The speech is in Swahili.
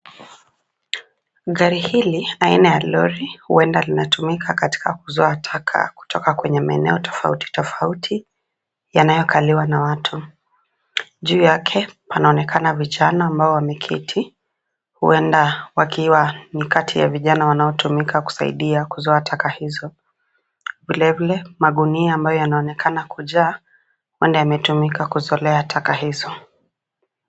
Gari hili, aina ya lori, huenda linatumika katika kuzoa taka kutoka kwenye maeneo tofauti tofauti, yanayokaliwa na watu. Juu yake, panaonekana vijana ambao wameketi, huenda wakiwa ni kati ya vijana wanaotumika kusaidia kuzoa taka hizo. Vile vile, magunia ambayo yanaonekana kujaa, huenda yametumika kuzolea taka hizo.